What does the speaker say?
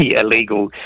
illegal